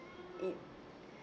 it